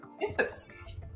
Yes